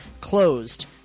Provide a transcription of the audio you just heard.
closed